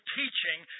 teaching